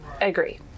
Agree